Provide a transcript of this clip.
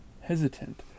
hesitant